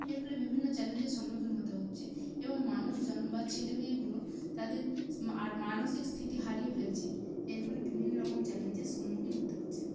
এর ফলে বিভিন্ন চ্যালেঞ্জের সন্মুখীন হতে হচ্চে এবং মানুষজন বা ছেলে মেয়েগুলো তাদের আর মানসিক স্থিতি হারিয়ে ফেলছে এর ফলে বিভিন্ন রকম চ্যালেঞ্জের সন্মুখীন হতে হচ্ছে